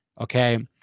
okay